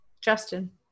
Justin